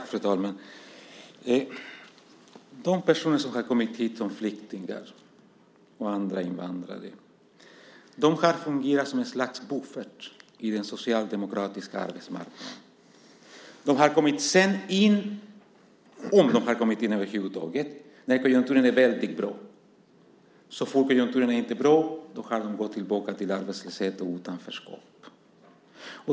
Fru talman! De personer som har kommit hit som flyktingar och invandrare har fungerat som ett slags buffert på den socialdemokratiska arbetsmarknaden. De har sedan kommit in - om de har kommit in över huvud taget - när konjunkturen är väldigt bra. Så fort konjunkturen inte är bra längre har de gått tillbaka till arbetslöshet och utanförskap.